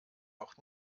noch